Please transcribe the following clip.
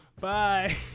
Bye